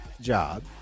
job